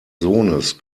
sohnes